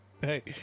Hey